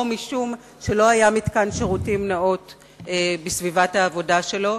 או משום שלא היה מתקן שירותים נאות בסביבת העבודה שלו.